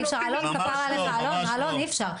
אלן, אי אפשר.